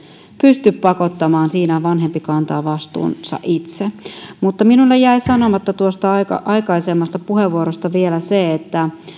pysty pakottamaan siinä vanhempi kantaa vastuunsa itse minulla jäi sanomatta aikaisemmassa puheenvuorossa vielä se että